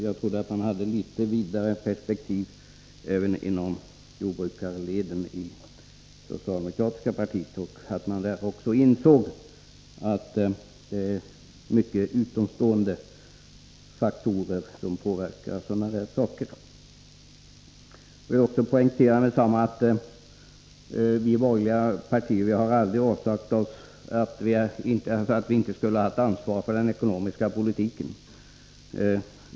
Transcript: Jag trodde att det fanns litet vidare perspektiv även på jordbrukarhåll inom det socialdemokratiska partiet och att man också där insåg att det är många utomstående faktorer som påverkar. Jag vill också med detsamma poängtera att vi inom de borgerliga partierna aldrig har avsagt oss ansvaret för den ekonomiska politiken.